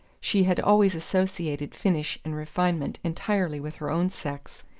she had always associated finish and refinement entirely with her own sex,